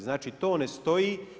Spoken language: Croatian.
Znači to ne stoji.